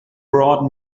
brought